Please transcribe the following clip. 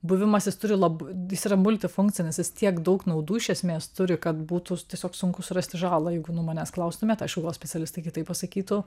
buvimas jis turi lab jis yra multifunkcinis jis tiek daug naudų iš esmės turi kad būtų tiesiog sunku surasti žalą jeigu nu manęs klaustumėt aš ho specialistai kitaip pasakytų